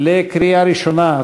קריאה ראשונה.